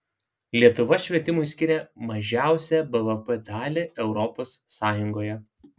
lietuva švietimui skiria mažiausią bvp dalį europos sąjungoje